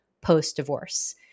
post-divorce